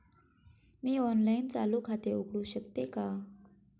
मी online चालू खाते उघडू शकते का?